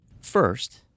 First